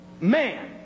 man